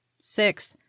Sixth